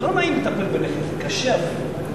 זה לא נעים לטפל בנכה, זה קשה אפילו.